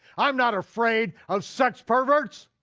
i'm not afraid of sex perverts.